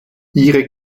ihre